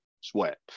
sweat